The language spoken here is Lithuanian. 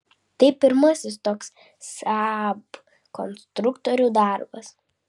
tai pirmasis toks saab konstruktorių darbas